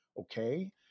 Okay